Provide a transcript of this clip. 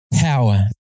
power